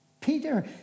Peter